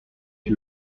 que